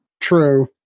True